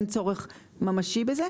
אין צורך ממשי בזה.